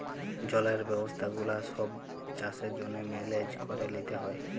জলের ব্যবস্থা গুলা ছব চাষের জ্যনহে মেলেজ ক্যরে লিতে হ্যয়